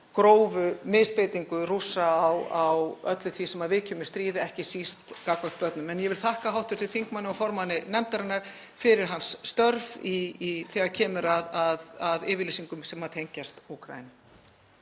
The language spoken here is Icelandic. grófu misbeitingu Rússa á öllu því sem viðkemur stríði, ekki síst gagnvart börnum. Ég vil þakka hv. þingmanni og formanni nefndarinnar fyrir hans störf þegar kemur að yfirlýsingum sem tengjast Úkraínu.